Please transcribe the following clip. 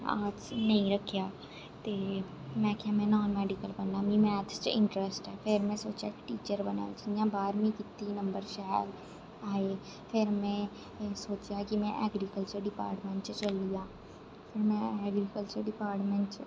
arts नेंई रक्खेआ ते में आखेआ में नान मैड़िकल पढ़ना मी मेथ्स च इंटरेस्ट ऐ फिर् में सोचेआ कि टीचर बनङ जि'यां बारमीं कीती नम्बर शैल आए फिर् में सोचेआ कि में एग्रीकल्चर डिपाटमेंट च चली जां में एग्रीकल्चर ड़िपाटमेंट